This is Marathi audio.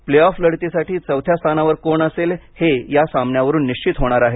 प्लेऑफ लढतीसाठी चौथ्या स्थानावर कोण असेल हे या सामन्यावरून निश्चित होणार आहे